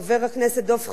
לחבר הכנסת דב חנין,